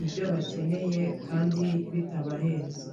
ibyo bakeneye kandi bitabahenze.